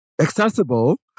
accessible